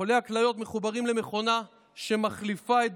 חולי הכליות מחוברים למכונה שמחליפה את